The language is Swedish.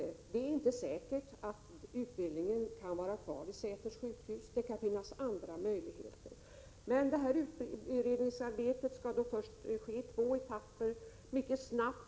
Det är inte säkert att utbildningen kan vara kvar vid Säters sjukhus, utan det finns andra möjligheter. Detta utredningsarbete skall ske i två etapper, mycket snabbt.